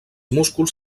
músculs